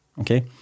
Okay